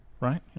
right